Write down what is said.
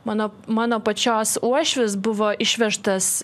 mano mano pačios uošvis buvo išvežtas